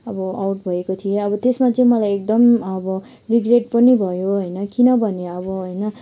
अब आउट भएको थिएँ अब त्यसमा चाहिँ मलाई एकदम अब रिगरेट पनि भयो होइन किनभने अब होइन